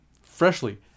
Freshly